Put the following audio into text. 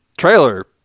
trailer